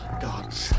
gods